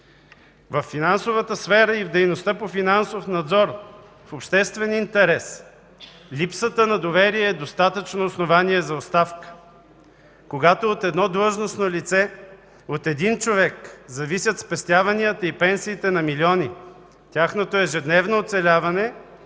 Във финансовата сфера и дейността по финансов надзор в обществен интерес липсата на доверие е достатъчно основание за оставка. Когато от едно длъжностно лице, от един човек зависят спестяванията и пенсиите на милиони, тяхното ежедневно оцеляване,